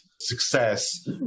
success